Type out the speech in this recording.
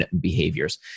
behaviors